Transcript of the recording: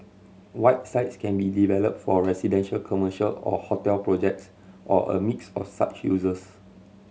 white sites can be develop for residential commercial or hotel projects or a mix of such uses